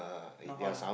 not hot ah